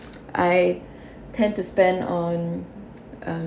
I tend to spend on um